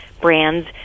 brands